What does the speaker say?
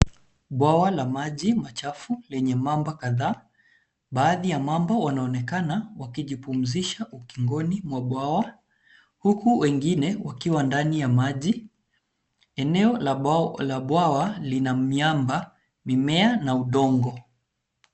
Bwawa la maji machafu lenye mamba kadhaa . Baadhi ya mamba wanaonekana wakijipumzisha ukingoni mwa bwawa, huku wengine wakiwa ndani ya maji. Eneo la bwawa lina miamba, mimea na udongo.